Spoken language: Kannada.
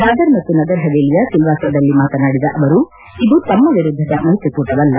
ದಾದ್ರಾ ಮತ್ತು ನಗರ್ ಹವೇಲಿಯ ಸಿಲ್ನಾಸದಲ್ಲಿ ಮಾತನಾಡಿದ ಅವರು ಇದು ತಮ್ಮ ವಿರುದ್ದದ ಮೈತ್ರಿಕೂಟವಲ್ಲ